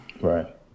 Right